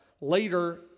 Later